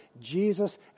Jesus